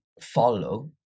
follow